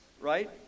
right